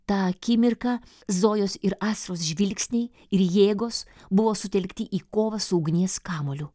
tą akimirką zojos ir astos žvilgsniai ir jėgos buvo sutelkti į kovą su ugnies kamuoliu